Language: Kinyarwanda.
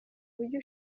ujye